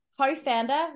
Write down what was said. co-founder